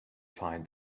find